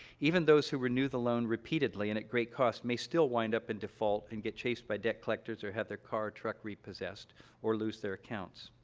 even those who renew the loan repeatedly and at great cost may still wind up in default and get chased by debt collectors or have their car or truck repossessed or lose their accounts.